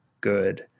good